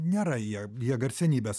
nėra jie jie garsenybės